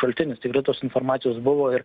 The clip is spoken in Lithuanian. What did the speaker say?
šaltinis tikrai tos informacijos buvo ir